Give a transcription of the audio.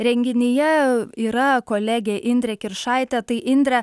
renginyje yra kolegė indrė kiršaitė tai indre